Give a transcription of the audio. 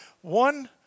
One